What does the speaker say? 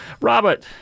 Robert